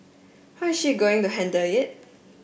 how is she going to handle it